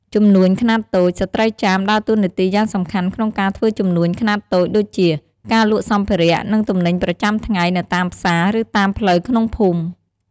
ជំនួញខ្នាតតូច ស្ត្រីចាមដើរតួនាទីយ៉ាងសំខាន់ក្នុងការធ្វើជំនួញខ្នាតតូច ដូចជា ការលក់សម្ភារៈ និងទំនិញប្រចាំថ្ងៃ នៅតាមផ្សារ ឬតាមផ្លូវក្នុងភូមិ។។